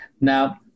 Now